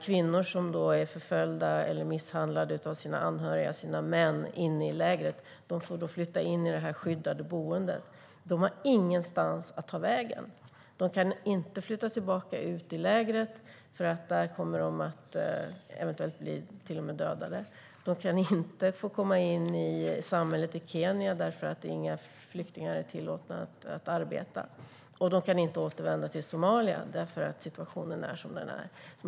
Kvinnor som förföljs eller misshandlas av sina anhöriga, av sina män, inne i lägret kan flytta in i det skyddade boendet. De har ingenstans att ta vägen. De kan inte flytta tillbaka ut i lägret eftersom de till och med kan dödas där, de kan inte komma in i samhället i Kenya eftersom inga flyktingar tillåts arbeta där och de kan inte återvända till Somalia eftersom situationen är som den är där.